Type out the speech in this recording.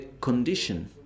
condition